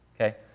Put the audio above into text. Okay